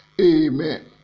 Amen